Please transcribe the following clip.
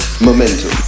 Momentum